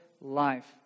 life